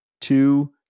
two